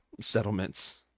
settlements